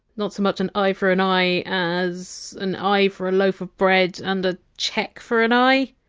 not so much! an eye for an eye! as! an eye for a loaf of bread, and a cheque for an eye?